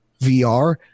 VR